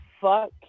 fuck